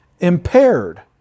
Impaired